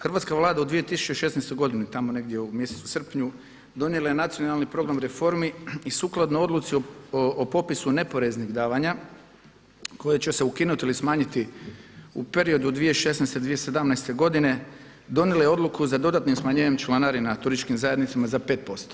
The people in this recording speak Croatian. Hrvatska Vlada u 2016. godini, tamo negdje u mjesecu srpnju, donijela je Nacionalni program reformi i sukladno odluci o popisu neporeznih davanja koje će se ukinuti ili smanjiti u periodu 2016.-2017. godine, donijela je odluku za dodatnim smanjenjem članarina turističkim zajednicama za 5 posto.